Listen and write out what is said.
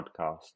podcast